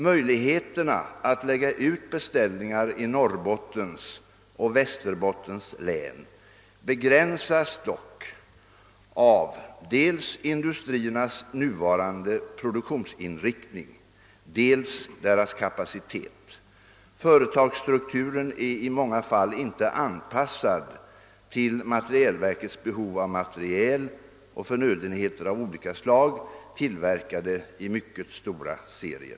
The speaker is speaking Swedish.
Möjligheterna att lägga ut beställningar i Norrbottens och Västerbottens län begränsas dock av dels industriernas nuvarande produktionsinriktning, dels deras kapacitet. Företagsstrukturen är i många fall inte anpassad till materielverkets behov av materiel och förnödenheter av olika slag, tillverkade i mycket stora serier.